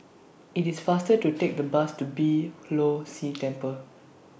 IT IS faster to Take The Bus to Beeh Low See Temple